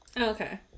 Okay